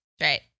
Right